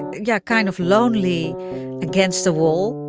yeah kind of lonely against the wall